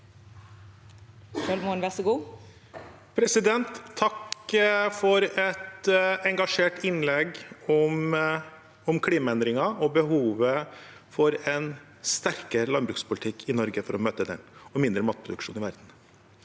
Takk for et en- gasjert innlegg om klimaendringer og behovet for en sterkere landbrukspolitikk i Norge for å møte det og mindre matproduksjon i verden.